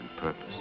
purpose